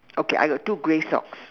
okay I got two grey socks